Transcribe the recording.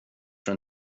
för